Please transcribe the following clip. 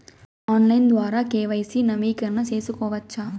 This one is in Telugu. ఆన్లైన్ ద్వారా కె.వై.సి నవీకరణ సేసుకోవచ్చా?